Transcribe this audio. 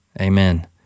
amen